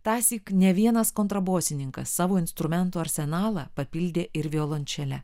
tąsyk ne vienas kontrabosininkas savo instrumentų arsenalą papildė ir violončele